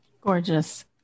Gorgeous